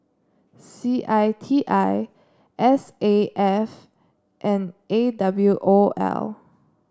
C I T I S A F and A W O L